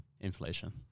inflation